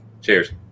cheers